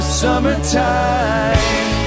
summertime